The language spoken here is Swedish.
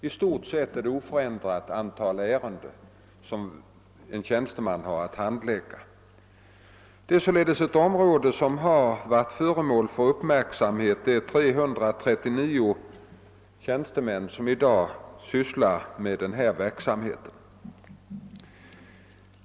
I stort sett har en tjänsteman ett oförändrat antal ärenden att handlägga. Det är sålunda ett område som varit föremål för uppmärksamhet. I dag sysslar 339 tjänstemän med denna verksamhet.